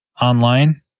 online